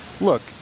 look